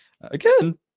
again